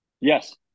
Yes